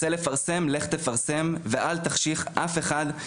רוצה לפרסם, לך תפרסם, ואל תחשיך אף אחד.